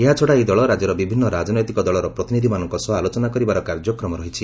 ଏହାଛଡ଼ା ଏହି ଦଳ ରାଜ୍ୟର ବିଭିନ୍ନ ରାଜନୈତିକ ଦଳର ପ୍ରତିନିଧିମାନଙ୍କ ସହ ଆଲୋଚନା କରିବାର କାର୍ଯ୍ୟକ୍ରମ ରହିଛି